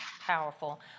Powerful